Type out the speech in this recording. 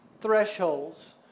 thresholds